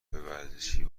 ورزشی